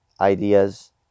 ideas